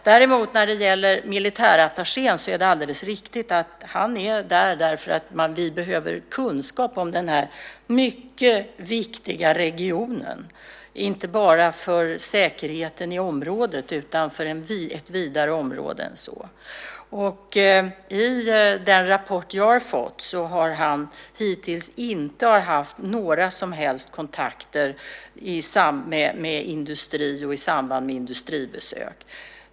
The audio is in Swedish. Däremot när det gäller militärattachén är det alldeles riktigt: Han är där därför att vi behöver kunskap om den här mycket viktiga regionen, inte bara för säkerheten i området utan för ett vidare område än så. I den rapport jag har fått framgår att han hittills inte har haft några som helst kontakter med industrin i samband med industribesök.